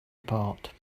apart